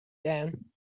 down